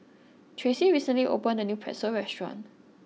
Tracy recently opened a new Pretzel restaurant